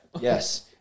Yes